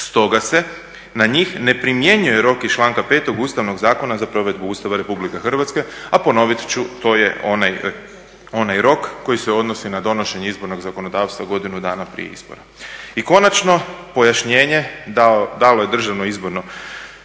stoga se na njih ne primjenjuje rok iz članka 5. Ustavnog zakona za provedbu Ustava Republike Hrvatske, a ponovit ću to je onaj rok koji se odnosi na donošenje izbornog zakonodavstva godinu dana prije izbora. I konačno pojašnjenje dalo je Državno izborno